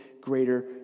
greater